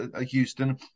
Houston